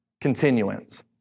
Continuance